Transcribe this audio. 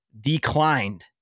declined